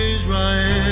Israel